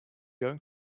going